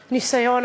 הניסיון.